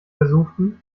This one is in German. versuchten